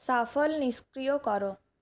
shuffle নিষ্ক্রিয় কর